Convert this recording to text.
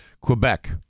Quebec